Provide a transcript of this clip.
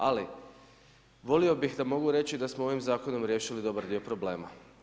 Ali volio bih da mogu reći da smo ovim zakonom riješili dobar dio problema.